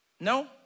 No